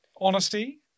Honesty